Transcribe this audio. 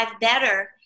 better